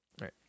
right